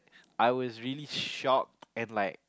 I was really shocked and like